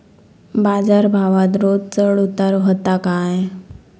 बाजार भावात रोज चढउतार व्हता काय?